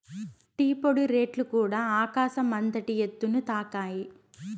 tea పొడి రేట్లుకూడ ఆకాశం అంతటి ఎత్తుని తాకాయి